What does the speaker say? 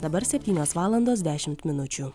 dabar septynios valandos dešimt minučių